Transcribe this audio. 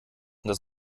das